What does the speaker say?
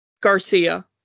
Garcia